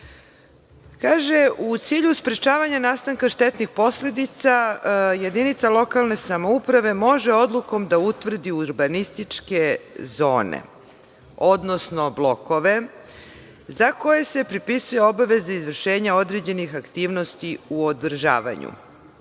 kaže – u cilju sprečavanja nastanka štetnih posledica jedinica lokalne samouprave može odlukom da utvrdi urbanističe zone, odnosno blokove za koje se propisuje obaveza izvršenja određenih aktivnosti u održavanju